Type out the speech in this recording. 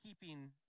keeping